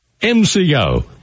MCO